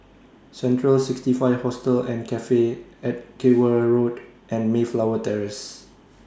Central sixty five Hostel and Cafe Edgeware Road and Mayflower Terrace